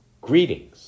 greetings